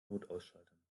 notausschaltern